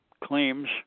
claims